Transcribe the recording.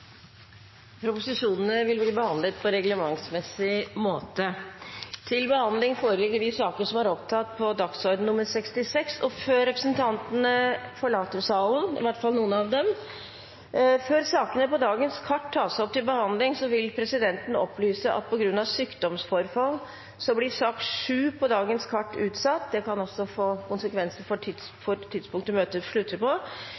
og vil ta sete. Statsråd Ketil Solvik-Olsen overbrakte 9 kgl. proposisjoner Før sakene på dagens kart tas opp til behandling, vil presidenten opplyse om at på grunn av sykdomsforfall blir sak nr. 7 på dagens kart utsatt. Det kan også få konsekvenser for